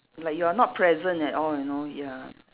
like you are not present at all you know ya